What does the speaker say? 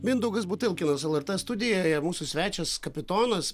mindaugas butilkinas lrt studijoje mūsų svečias kapitonas